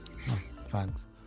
thanks